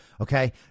okay